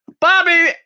Bobby